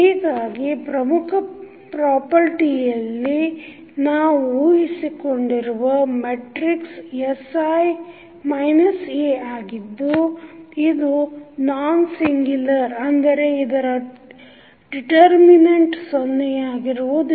ಹೀಗಾಗಿ ಪ್ರಮುಖ ಪ್ರಾಪರ್ಟಿ ಇಲ್ಲಿ ನಾವು ಊಹಿಸಿಕೊಂಡಿರುವ ಮೆಟ್ರಿಕ್ಸ sI A ಆಗಿದ್ದು ಇದು ನಾನ್ ಸಿಂಗುಲರ್ ಅಂದರೆ ಇದರ ಡಿಟರ್ಮಿನಂಟ್ ಸೊನ್ನೆಯಾಗಿರುವುದಿಲ್ಲ